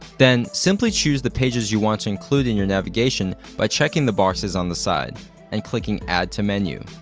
then, simply choose the pages you want to include in your navigation by checking the boxes on the side and clicking add to menu.